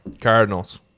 Cardinals